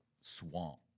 swamp